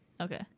Okay